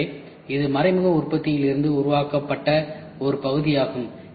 எனவே இது மறைமுக உற்பத்தியில் இருந்து உருவாக்கப்பட்ட ஒரு பகுதியாகும்